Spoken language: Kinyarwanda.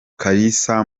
kalisa